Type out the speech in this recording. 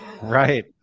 right